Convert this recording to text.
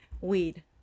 Weed